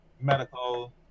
medical